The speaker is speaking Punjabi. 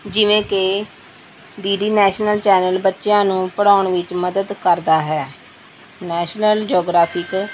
ਜਿਵੇਂ ਕਿ ਡੀ ਡੀ ਨੈਸ਼ਨਲ ਚੈਨਲ ਬੱਚਿਆਂ ਨੂੰ ਪੜ੍ਹਾਉਣ ਵਿੱਚ ਮਦਦ ਕਰਦਾ ਹੈ ਨੈਸ਼ਨਲ ਜਿਓਗ੍ਰਾਫਿਕਲ